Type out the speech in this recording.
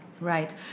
Right